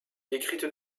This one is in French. décrites